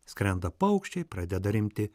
skrenda paukščiai pradeda rimti